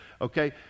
Okay